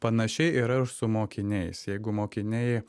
panašiai yra ir su mokiniais jeigu mokiniai